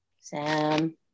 Sam